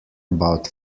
about